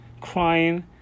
crying